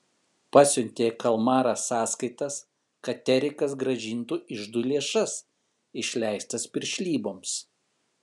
pasiuntė į kalmarą sąskaitas kad erikas grąžintų iždui lėšas išleistas piršlyboms